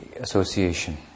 association